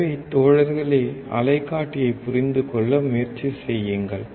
எனவே தோழர்களே அலைக்காட்டியை புரிந்து கொள்ள முயற்சி செய்யுங்கள்